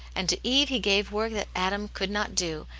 and to eve he gave work that adam could not do,